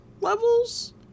levels